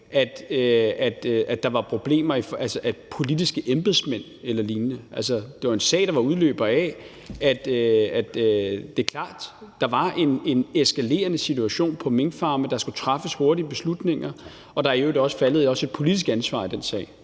som en udløber af politiske embedsmænd eller lignende. Det var en sag, der var udløber af, at det var klart, at der var en eskalerende situation på minkfarme og der skulle træffes hurtige beslutninger, og der er i øvrigt også placeret et politisk ansvar i den sag.